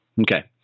Okay